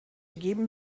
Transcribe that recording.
geben